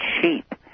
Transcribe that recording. cheap